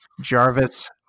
Jarvis